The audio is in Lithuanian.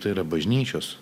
tai yra bažnyčios